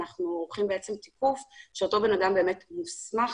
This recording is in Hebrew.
אנחנו עורכים תיקוף שאותו בן אדם באמת מוסמך